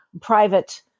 private